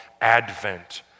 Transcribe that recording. Advent